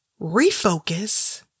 refocus